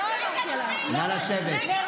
נכון, פתאום יש משהו, לקחו קצת